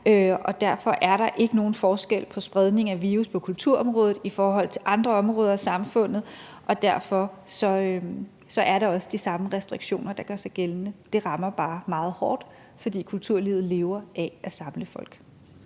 Og derfor er der ikke nogen forskel på spredning af virus inden for kulturområdet i forhold til andre områder af samfundet, og derfor er det også de samme restriktioner, som gør sig gældende – det rammer bare meget hårdt, fordi kulturlivet lever af at samle folk.